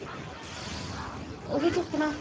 ओह् बी चुक्कना